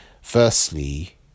Firstly